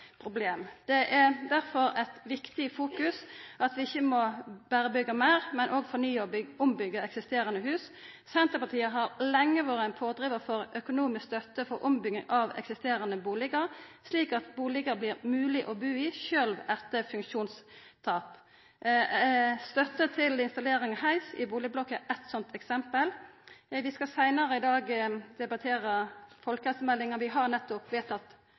problem. Det er derfor viktig å hugsa på at vi ikkje berre må byggja meir, men òg fornya og byggja om eksisterande hus. Senterpartiet har lenge vore ein pådrivar for økonomisk stønad for ombygging av eksisterande bustader, slik at bustaden vert mogleg mulig å bo i sjølv etter tap av funksjon. Stønad til installering av heis i bustadblokkar er eit døme. Seinare i dag skal vi debattera folkehelsemeldinga. Vi har nettopp vedtatt